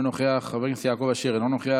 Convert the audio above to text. אינו נוכח, חבר הכנסת יעקב אשר, אינו נוכח.